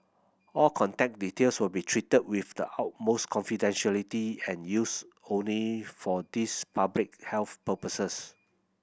all contact details will be treated with the utmost confidentiality and used only for these public health purposes